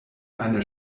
eine